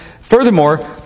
furthermore